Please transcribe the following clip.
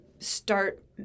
Start